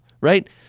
Right